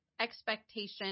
expectation